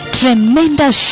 tremendous